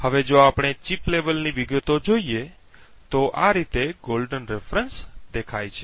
હવે જો આપણે ચિપ લેવલની વિગતો જોઈએ તો આ રીતે સુવર્ણ સંદર્ભ દેખાય છે